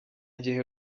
gihe